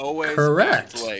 Correct